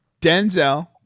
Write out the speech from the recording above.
Denzel